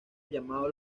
llamado